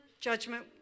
judgment